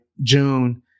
June